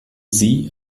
sie